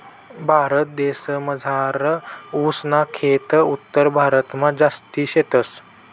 भारतदेसमझार ऊस ना खेत उत्तरभारतमा जास्ती शेतस